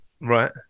Right